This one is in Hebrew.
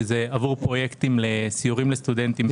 עבור פרויקטים לסיורים לסטודנטים בירושלים.